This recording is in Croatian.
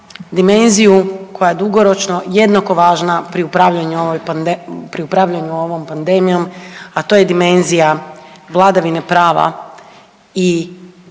dimenziju koja dugoročno jednako važna pri upravljanju ovom pandemijom, a to je dimenzija vladavine prava i pitanja